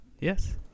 Yes